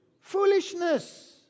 foolishness